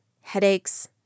headaches